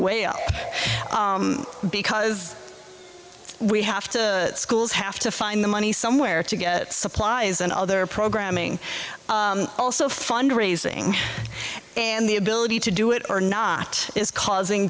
way because we have to schools have to find the money somewhere to get supplies and other programming also fund raising and the ability to do it or not is causing